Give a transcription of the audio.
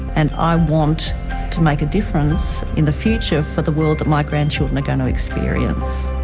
and i want to make a difference in the future for the world that my grandchildren are going to experience.